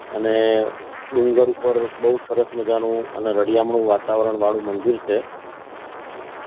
અને ડુંગર ઉપર બહુ સરસ મજાનું અને રળિયામણું વાતાવરણવાળું મંદિર છે